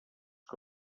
que